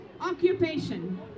occupation